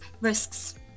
risks